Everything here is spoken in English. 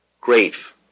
grave